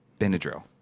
Benadryl